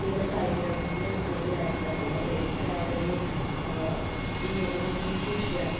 സ്ത്രീകൾ കായികവിനോദത്തില് കൂടുതൽ ഏർപ്പെടുന്നുണ്ട് എനിക്ക് അറിയാവുന്ന ഒരു സ്ത്രീ എന്നത് പി ടി ഉഷയാണ്